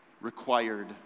required